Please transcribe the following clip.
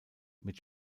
mit